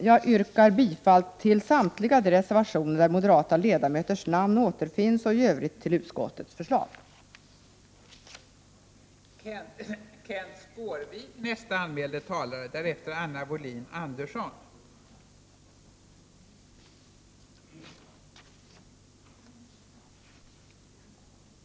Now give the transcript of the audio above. Jag yrkar bifall till samtliga reservationer där moderata ledamöters namn återfinns och i övrigt till utskottets hemställan.